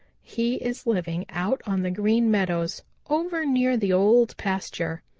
he is living out on the green meadows over near the old pasture.